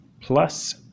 plus